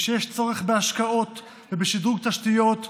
ושיש צורך בהשקעות ובשדרוג תשתיות,